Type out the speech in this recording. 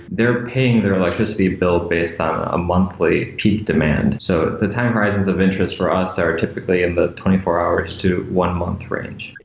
they're paying their electricity bill based on a monthly peak demand. so the time horizon of interest for us are typically in the twenty four hours to one month range.